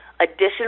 additional